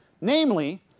Namely